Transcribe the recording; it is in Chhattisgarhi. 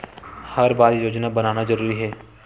हर बार योजना बनाना जरूरी है?